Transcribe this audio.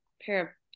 pair